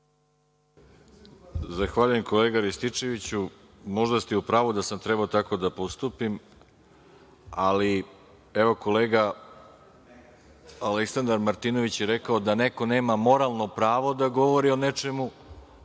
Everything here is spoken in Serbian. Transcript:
Zahvaljujem kolega Rističeviću. Možda ste u pravu da sam trebao tako da postupim, ali evo kolega Aleksandar Martinović je rekao da neko nema moralno pravo da govori o nečemu,